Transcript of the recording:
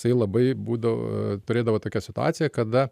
sai labai būdav turėdavo tokią situaciją kada